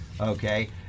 Okay